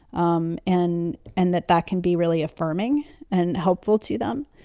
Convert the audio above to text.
um and and that that can be really affirming and helpful to them.